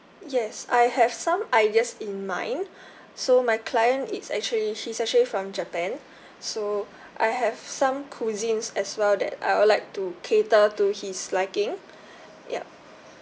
yes I have some ideas in mind so my client it's actually she's actually from japan so I have some cuisines as well that I would like to cater to his liking yup